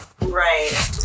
Right